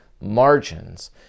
margins